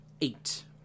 Eight